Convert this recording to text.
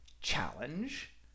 challenge